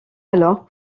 alors